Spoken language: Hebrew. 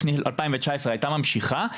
לפני 2019 היתה ממשיכה,